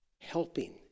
helping